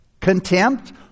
Contempt